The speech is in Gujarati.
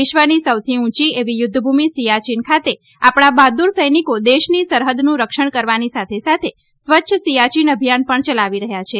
વિશ્વની સૌથી ઉંચી એવી યુધ્ધભૂમિ સિયાયીન ખાતે આપણા બહાદુર સૈનિકો દેશની સરહદનું રક્ષણ કરવાની સાથે સાથે સ્વચ્છ સિયાચીન અભિયાન પણ યલાવી રહ્યાં છે